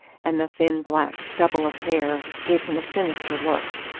and the thin, black stubble of hair gave him a sinister look.